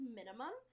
minimum